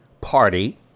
party